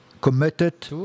committed